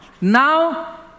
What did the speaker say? Now